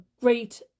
great